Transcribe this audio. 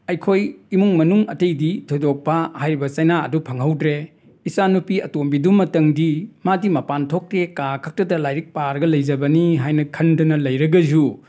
ꯑꯩꯈꯣꯏ ꯏꯃꯨꯡ ꯃꯅꯨꯡ ꯑꯇꯩꯗꯤ ꯊꯣꯏꯗꯣꯛꯄ ꯍꯥꯏꯔꯤꯕ ꯆꯩꯅꯥ ꯑꯗꯨ ꯐꯪꯍꯧꯗ꯭ꯔꯦ ꯏꯆꯥ ꯅꯨꯄꯤ ꯑꯇꯣꯝꯕꯤꯗꯨꯃꯇꯪꯗꯤ ꯃꯥꯗꯤ ꯃꯄꯥꯟ ꯊꯣꯛꯇꯦ ꯀꯥꯈꯛꯇꯗ ꯂꯥꯏꯔꯤꯛ ꯄꯥꯔꯒ ꯂꯩꯖꯕꯅꯤ ꯍꯥꯏꯅ ꯈꯟꯗꯨꯅ ꯂꯩꯔꯒꯖꯨ